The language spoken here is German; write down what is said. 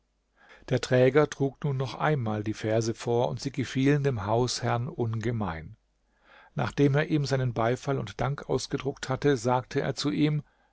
der träger trug nun noch einmal die verse vor und sie gefielen dem hausherrn ungemein nachdem er ihm seinen beifall und dank ausgedruckt hatte sagte er zu ihm